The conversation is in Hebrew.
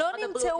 משרד הבריאות,